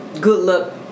good-luck